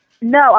No